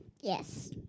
Yes